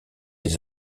des